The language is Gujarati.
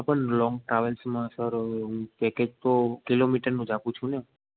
આ પર લોંગ ટ્રાવેલ્સમાં સર પેકેજ તો કિલોમીટરનું આપું છુ ને